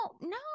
no